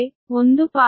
ಅಂದರೆ 1